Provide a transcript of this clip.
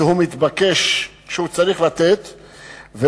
שהיא צריכה לתת לאזרח,